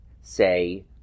say